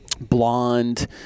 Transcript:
blonde